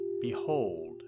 behold